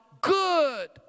good